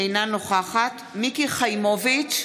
אינה נוכחת מיקי חיימוביץ'